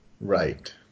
right